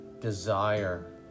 desire